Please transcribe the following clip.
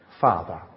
Father